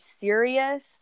serious